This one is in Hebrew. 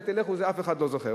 את זה אף אחד לא זוכר.